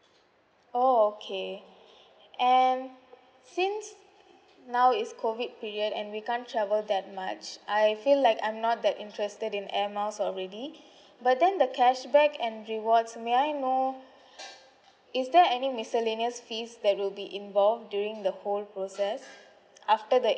orh okay and since now is COVID period and we can't travel that much I feel like I'm not that interested in air miles already but then the cashback and rewards may I know is there any miscellaneous fees that will be involved during the whole process after the